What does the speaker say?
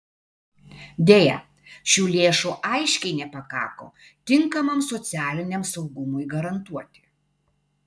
deja šių lėšų aiškiai nepakako tinkamam socialiniam saugumui garantuoti